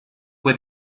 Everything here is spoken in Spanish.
fue